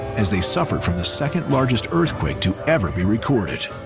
as they suffered from the second largest earthquake to ever be recorded.